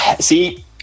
See